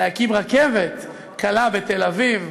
להקים רכבת קלה בתל-אביב.